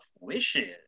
Wishes